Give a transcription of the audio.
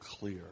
clear